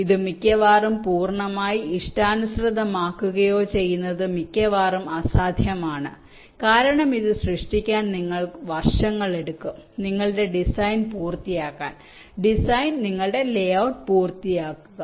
ഇത് നിർമ്മിക്കുകയോ പൂർണ്ണമായി ഇഷ്ടാനുസൃതമാക്കുകയോ ചെയ്യുന്നത് മിക്കവാറും അസാധ്യമാണ് കാരണം ഇത് സൃഷ്ടിക്കാൻ നിങ്ങൾക്ക് വർഷങ്ങളെടുക്കും നിങ്ങളുടെ ഡിസൈൻ പൂർത്തിയാക്കാൻ ഡിസൈൻ നിങ്ങളുടെ ലേ ഔട്ട് പൂർത്തിയാക്കുക